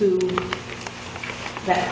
who that